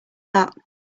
that